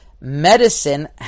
medicine